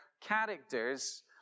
characters